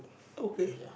okay